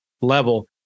level